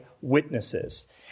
witnesses